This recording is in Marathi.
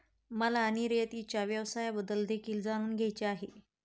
मला निर्यातीच्या व्यवसायाबद्दल देखील जाणून घ्यायचे आहे